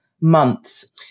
months